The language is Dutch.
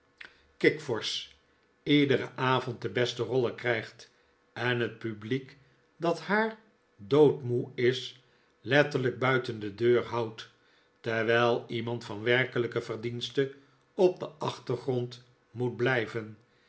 kikvorsch iederen avond de beste rollen krijgt en het publiek dat haar doodmoe is letterlijk buiten de deur houdt terwijl iemand van werkelijke verdienste op den achtergrond moet blijven